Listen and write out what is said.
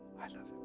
i love